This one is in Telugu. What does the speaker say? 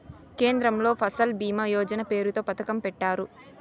కేంద్రంలో ఫసల్ భీమా యోజన పేరుతో పథకం పెట్టారు